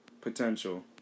potential